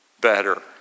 better